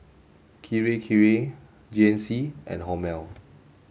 Kirei Kirei G N C and Hormel